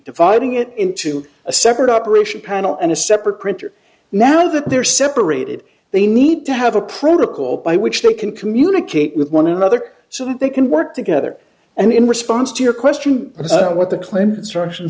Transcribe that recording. dividing it into a separate operation panel and a separate printer now that they're separated they need to have a protocol by which they can communicate with one another so that they can work together and in response to your question of what the cl